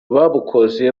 babukoze